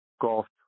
golf